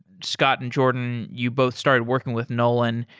scott and jordan, you both started working with nolan,